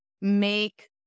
make